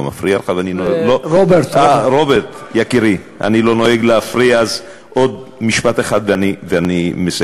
אל תסמן אותנו, עודד, עודד, אני לא מפריע לך, כן.